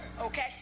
Okay